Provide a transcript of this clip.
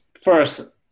first